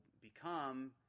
become